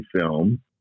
film